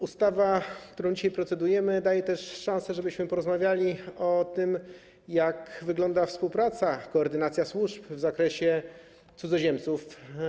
Ustawa, nad którą dzisiaj procedujemy, daje szanse, żebyśmy porozmawiali o tym, jak wygląda współpraca, koordynacja służb w zakresie cudzoziemców.